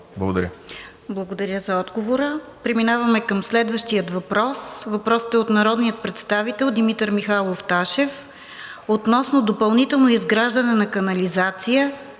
Благодаря за отговора. Преминаваме към следващия въпрос. Въпросът е от народния представител Димитър Михайлов Ташев относно допълнително изграждане на канализация